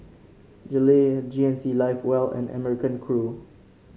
Gillette G N C Live Well and American Crew